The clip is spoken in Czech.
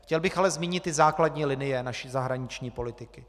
Chtěl bych ale zmínit základní linie naší zahraniční politiky.